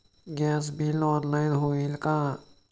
Gas bill online होईल का?